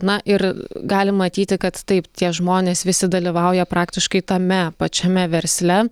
na ir galim matyti kad taip tie žmonės visi dalyvauja praktiškai tame pačiame versle